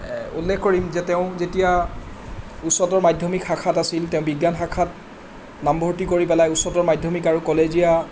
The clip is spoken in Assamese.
উল্লেখ কৰিম যে তেওঁ যেতিয়া উচ্চতৰ মাধ্যমিক শাখাত আছিল তেওঁ বিজ্ঞান শাখাত নাম ভৰ্তি কৰি পেলাই উচ্চতৰ মাধ্যমিক আৰু কলেজীয়া